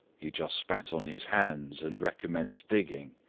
he just spat on his hand and recommenced digging.